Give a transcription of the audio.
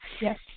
Yes